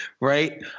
right